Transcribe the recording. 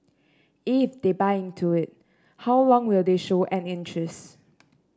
if they buy into it how long will they show an interest